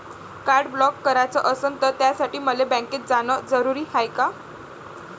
Card block कराच असनं त त्यासाठी मले बँकेत जानं जरुरी हाय का?